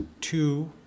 two